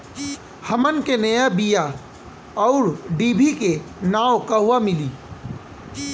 हमन के नया बीया आउरडिभी के नाव कहवा मीली?